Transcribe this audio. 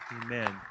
Amen